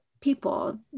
people